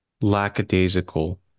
lackadaisical